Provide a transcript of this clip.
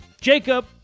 Jacob